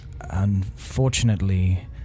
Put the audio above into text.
Unfortunately